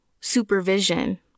supervision